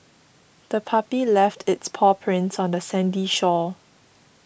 the puppy left its paw prints on the sandy shore